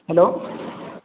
hello